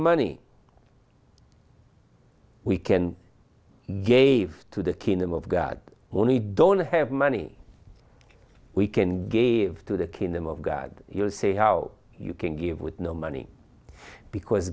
money we can gave to the kingdom of god only don't have money we can gave to the kingdom of god you say how you can give with no money because